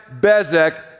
Bezek